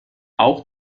auch